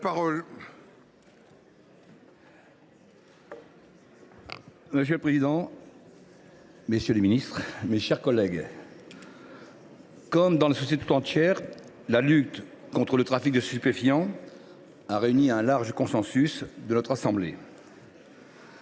Monsieur le président, messieurs les ministres d’État, mes chers collègues, comme dans la société tout entière, la lutte contre le trafic de stupéfiants a réuni un large consensus au sein de notre assemblée.